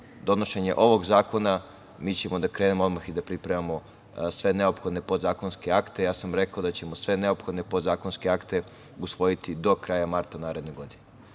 donošenja ovog zakona mi ćemo da krenemo odmah i da pripremamo sve neophodne podzakonske akte. Ja sam rekao da ćemo sve neophodne podzakonske akte usvojiti do kraja marta naredne godine.